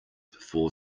before